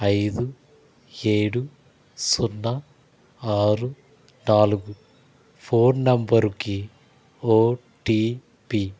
ఐదు ఏడు సున్నా ఆరు నాలుగు ఫోన్ నంబరుకి ఓటిపి